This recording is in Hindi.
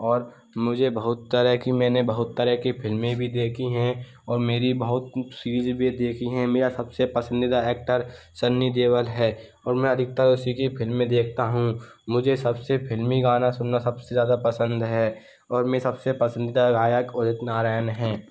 और मुझे बहुत तरह की मैंने बहुत तरह के फिल्में भी देखी हैं और मेरी बहुत सीरीज भी देखी हैं मेरा सबसे पसंदीदा ऐक्टर सन्नी देवल हैं और मैं अधिकतर उसी की फिल्में देखता हूँ मुझे सबसे फिल्मी गाना सुनना सबसे ज़्यादा पसंद हैं और मैं सबसे पसंदीदा गायक उदित नारायण हैं